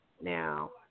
Now